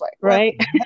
Right